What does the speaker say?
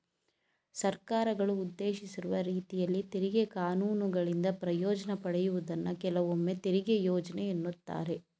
ಸರ್ಕಾರಗಳು ಉದ್ದೇಶಿಸಿರುವ ರೀತಿಯಲ್ಲಿ ತೆರಿಗೆ ಕಾನೂನುಗಳಿಂದ ಪ್ರಯೋಜ್ನ ಪಡೆಯುವುದನ್ನ ಕೆಲವೊಮ್ಮೆತೆರಿಗೆ ಯೋಜ್ನೆ ಎನ್ನುತ್ತಾರೆ